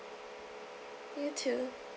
you too